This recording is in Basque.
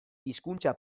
hizkuntza